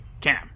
Cam